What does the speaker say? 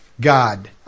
God